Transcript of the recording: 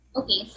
Okay